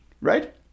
Right